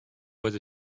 was